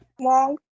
long